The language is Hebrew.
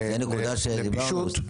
זו נקודה שדיברנו עליה.